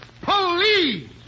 Police